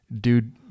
Dude